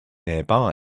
nearby